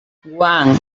one